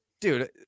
dude